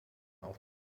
auch